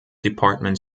department